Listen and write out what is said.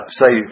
say